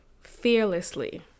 fearlessly